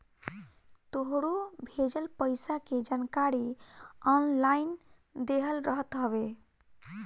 तोहरो भेजल पईसा के जानकारी ऑनलाइन देहल रहत हवे